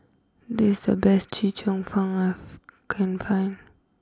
this the best Chee Cheong fun are can find